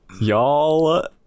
Y'all